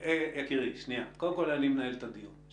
--- יקירי, קודם כול אני מנהל את הדיון.